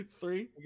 Three